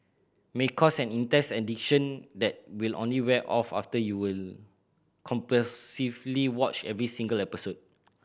may cause an intense addiction that will only wear off after you were compulsively watched every single episode